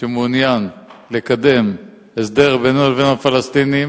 שמעוניין לקדם הסדר בינינו לבין הפלסטינים